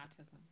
autism